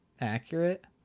Accurate